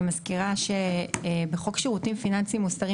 אני מזכירה שבחוק שירותים פיננסים מוסדרים